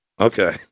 Okay